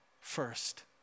first